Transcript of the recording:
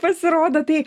pasirodo tai